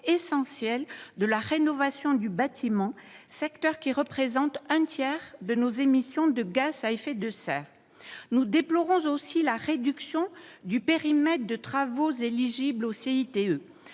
essentielle de la rénovation du bâtiment, secteur qui représente un tiers de nos émissions de gaz à effet de serre. Nous déplorons aussi la réduction du périmètre des travaux éligibles au CITE.